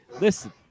listen